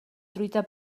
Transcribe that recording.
truita